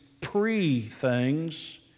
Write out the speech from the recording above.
pre-things